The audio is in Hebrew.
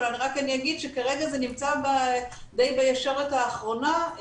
רק אגיד שכרגע זה נמצא די בישורת האחרונה.